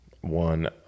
one